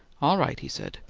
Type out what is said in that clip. all right, he said.